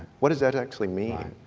what does that actually mean